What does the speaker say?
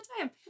time